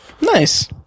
nice